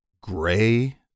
gray